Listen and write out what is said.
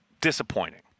disappointing